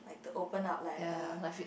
to open up like a